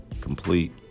complete